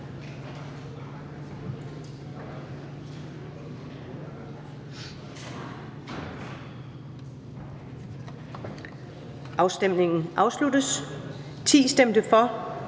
Afstemningen afsluttes. For stemte 9